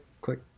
click